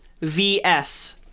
vs